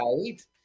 right